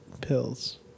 pills